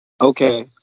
Okay